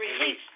release